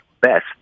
best